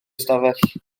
ystafell